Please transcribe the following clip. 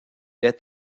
est